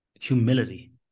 Humility